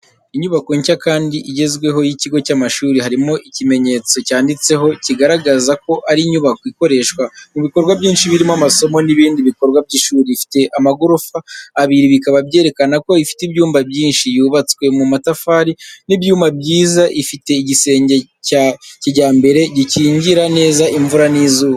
Inyubako nshya kandi igezweho y’ikigo cy’amashuri. Hariho ikimenyetso cyanditseho kigaragaza ko ari inyubako ikoreshwa mu bikorwa byinshi birimo amasomo n'ibindi bikorwa by'ishuri. Ifite amagorofa abiri bikaba byerekana ko ifite ibyumba byinshi. Yubatswe mu matafari n’ibyuma byiza ifite igisenge cya kijyambere gikingira neza imvura n’izuba.